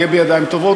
יהיה בידיים טובות.